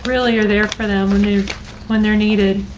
really are there for them when they when they're needed.